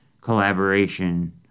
collaboration